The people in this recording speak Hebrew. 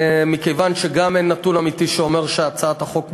מכיוון שגם אין נתון אמיתי שאומר שהצעת החוק מועילה,